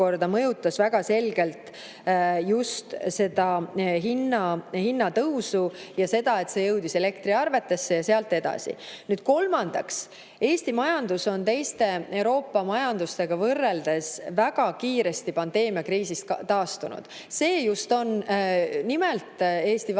mõjutas see väga selgelt kogu hinnatõusu. See [mõju] jõudis elektriarvetesse ja sealt edasi. Kolmandaks, Eesti majandus on teiste Euroopa majandustega võrreldes väga kiiresti pandeemiakriisist taastunud. See on just nimelt Eesti valitsuse